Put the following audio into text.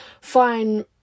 fine